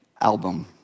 album